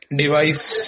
device